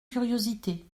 curiosité